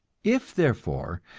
if, therefore,